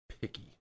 picky